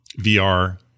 VR